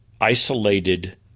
isolated